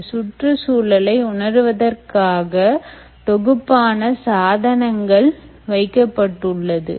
இந்த சுற்றுச்சூழலை உணர்வதற்காக தொகுப்பான சாதனங்கள் வைக்கப்பட்டுள்ளது